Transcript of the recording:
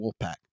Wolfpack